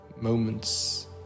moments